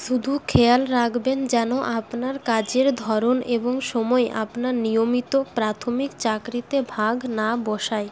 শুধু খেয়াল রাখবেন যেন আপনার কাজের ধরন এবং সময় আপনার নিয়মিত প্রাথমিক চাকরিতে ভাগ না বসায়